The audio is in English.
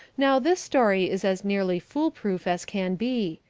now this story is as nearly fool-proof as can be.